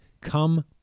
Come